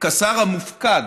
כשר המופקד